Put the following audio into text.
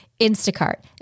Instacart